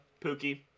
Pookie